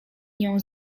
nią